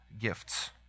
gifts